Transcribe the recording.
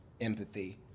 empathy